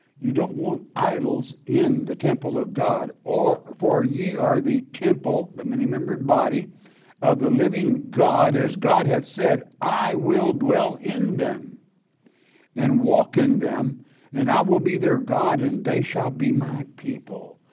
you don't want idols in the temple of god or for ye are the temple, the many-membered body of the living god as god has said, i will dwell in them and walk in them and i will be their god and they shall be my people.